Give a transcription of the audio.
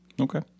Okay